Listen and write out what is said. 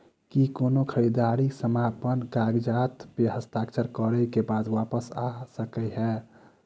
की कोनो खरीददारी समापन कागजात प हस्ताक्षर करे केँ बाद वापस आ सकै है?